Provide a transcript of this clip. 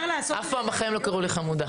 אף פעם בחיים לא קראו לי "חמודה".